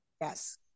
Yes